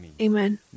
Amen